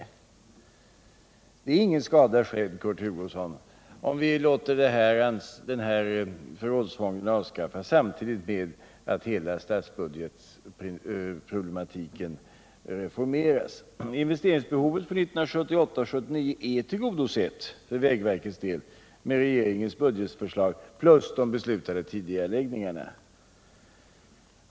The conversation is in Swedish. Det är ingen skada skedd, Kurt Hugosson, om vi avskaffar förrådsfonden samtidigt med att hela statsbudgeten reformeras. Investeringsbehovet för Nr 93 1978/79 är tillgodosett för vägverkets del med regeringens budgetförslag plus Fredagen den de beslutade tidigareläggningarna.